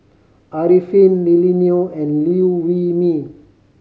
Arifin Lily Neo and Liew Wee Mee